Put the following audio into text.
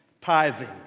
tithing